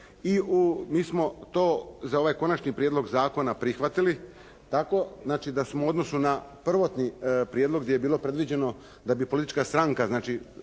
i mi smo to za ovaj konačni prijedlog zakona prihvatili tako, znači da smo u odnosu na prvotni prijedlog gdje je bilo predviđeno da bi politička stranka, znači